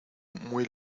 muy